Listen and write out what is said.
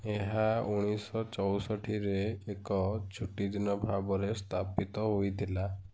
ଏହା ଉଣେଇଶ ଚଉଷଠିରେ ଏକ ଛୁଟି ଦିନ ଭାବରେ ସ୍ଥାପିତ ହୋଇଥିଲା